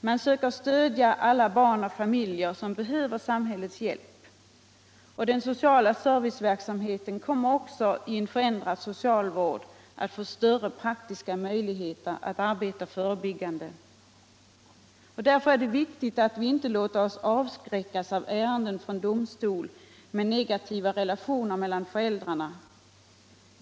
Man söker stödja alla barn och familjer som behöver samhällets hjälp. Den sociala serviceverksamheten kommer också i en förändrad socialvård att få större praktiska möjligheter att arbeta förebyggande. Det är därför viktigt att vi inte låter oss avskräckas av ärenden från domstol med negativa relationer mellan föräldrarna.